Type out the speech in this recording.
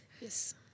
Yes